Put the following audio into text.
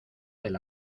del